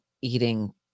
eating